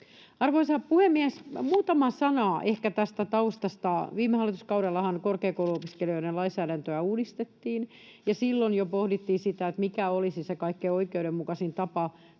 Arvoisa puhemies! Muutama sana ehkä tästä taustasta. Viime hallituskaudellahan korkeakouluopiskelijoiden lainsäädäntöä uudistettiin, ja silloin jo pohdittiin sitä, mikä olisi se kaikkein oikeudenmukaisin tapa